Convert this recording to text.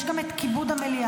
יש גם את כיבוד המליאה.